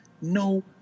no